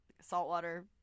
saltwater